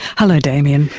hello damien.